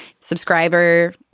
subscriber